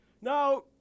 Now